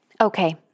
Okay